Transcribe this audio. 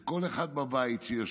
כל אחד שיושב